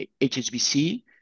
HSBC